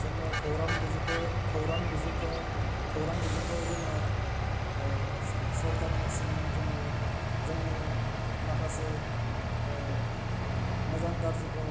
जोङो खौरां बिजोंखौ खौरां बिजोंखौ खौरां बिजोंखौ जोङो सरकारनिसिम जोङो जोंनि माखासे मोजां गाज्रिखौ